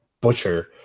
butcher